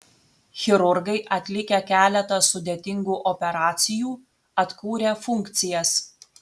chirurgai atlikę keletą sudėtingų operacijų atkūrė funkcijas